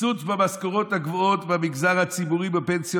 קיצוץ במשכורות הגבוהות במגזר הציבורי בפנסיות